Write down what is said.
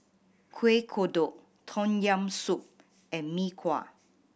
Kuih Kodok Tom Yam Soup and Mee Kuah